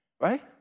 Right